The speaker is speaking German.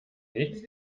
nichts